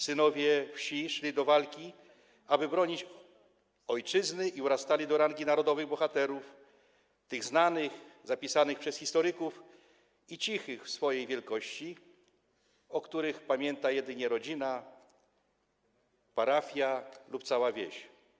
Synowie wsi szli do walki, aby bronić ojczyzny i urastali do rangi narodowych bohaterów tych znanych, zapisanych przez historyków, i cichych w swojej wielkości, o których pamięta jedynie rodzina, parafia lub cała wieś.